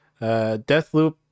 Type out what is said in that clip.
Deathloop